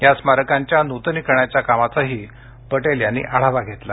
या स्मारकांच्या नूतनीकरणाच्या कामाचाही पटेल यांनीआढावा घेतला